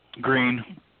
green